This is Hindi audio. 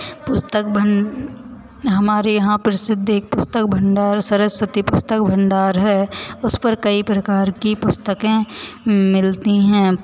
पुस्तक भं हमारे यहाँ प्रसिद्ध एक पुस्तक भंडार सरस्वती पुस्तक भंडार है उस पर कई प्रकार की पुस्तकें मिलती हैं